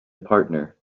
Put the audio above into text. partner